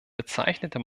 bezeichnete